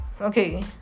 okay